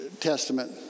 Testament